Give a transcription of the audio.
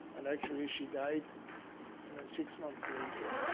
and actually she died six months later.